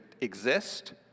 exist